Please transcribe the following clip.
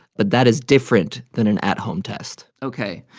but that is different than an at-home test ok.